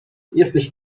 jesteś